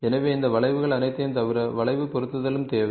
எனவே இந்த வளைவுகள் அனைத்தையும் தவிர வளைவு பொருத்துதலும் தேவை